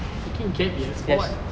taking gap year for what